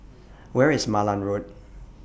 Where IS Malan Road